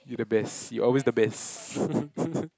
you the best you always the best